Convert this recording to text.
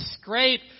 scrape